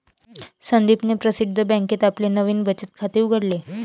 संदीपने प्रसिद्ध बँकेत आपले नवीन बचत खाते उघडले